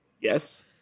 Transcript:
yes